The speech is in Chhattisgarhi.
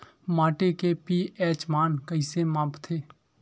माटी के पी.एच मान कइसे मापथे?